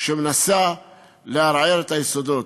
שמנסה לערער את היסודות.